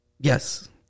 Yes